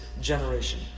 generation